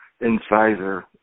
incisor